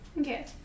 Okay